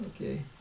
Okay